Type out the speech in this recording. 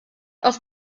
aus